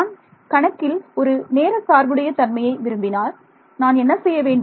நான் கணக்கில் ஒரு நேர சார்புடைய தன்மையை விரும்பினால் நான் என்ன செய்ய வேண்டும்